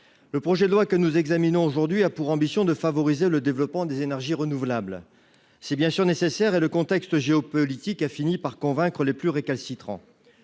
le projet de loi que nous examinons aujourd'hui a pour ambition de favoriser le développement des énergies renouvelables, si bien sûr nécessaire et le contexte géopolitique a fini par convaincre les plus récalcitrants,